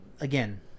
again